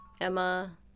emma